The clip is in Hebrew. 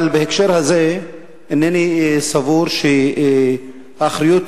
אבל בהקשר הזה אינני סבור שהאחריות